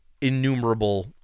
innumerable